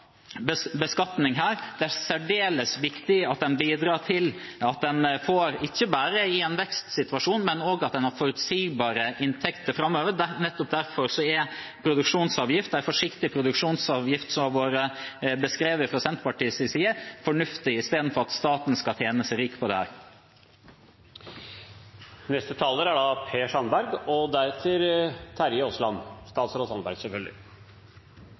fra beskatning. Det er særdeles viktig at en får det ikke bare i en vekstsituasjon, men at en har forutsigbare inntekter framover. Nettopp derfor er en forsiktig produksjonsavgift, som har vært beskrevet fra Senterpartiets side, fornuftig i stedet for at staten skal tjene seg rik på dette. Jeg vil ikke dra ut debatten noe særlig, men Senterpartiet og representanten Pollestad er